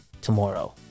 tomorrow